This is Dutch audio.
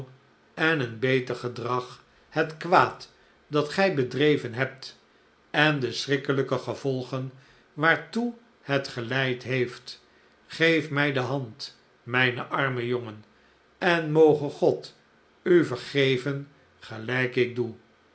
en een beter gedrag het kwaad dat gij bedreven hebt en de schrikkelijke gevolgen waartoe het geleid heeft geef mij de hand mijn arme jongen en moge god u vergeyen'gelijk ik doe